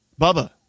Bubba